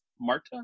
Marta